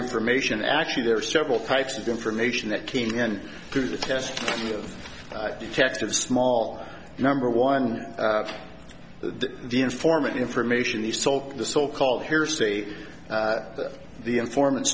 information actually there are several types of information that came in through the test of detective small number one the informant information the salt the so called hearsay the informant